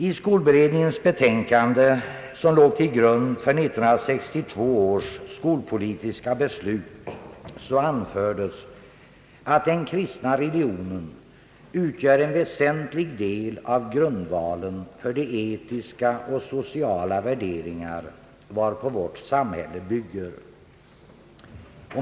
I skolberedningens betänkande som låg till grund för 1962 års skolpolitiska beslut anfördes, att den kristna religionen utgör en väsentlig del av grundvalen för de etiska och sociala värderingar, varpå vårt samhälle bygger.